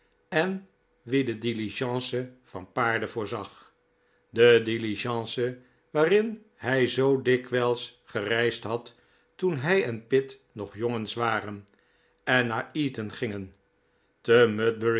en wie de diligence van paarden voorzag de diligence waarin hij zoo dikwijls gereisd had toen hij en pitt nog jongens waren en naar eton gingen